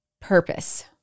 purpose